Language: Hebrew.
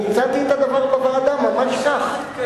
אני הצעתי את הדבר בוועדה, ממש כך,